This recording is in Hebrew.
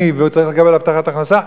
כעני וכמי שצריך לקבל הבטחת הכנסה,